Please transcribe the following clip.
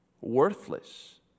Worthless